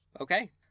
Okay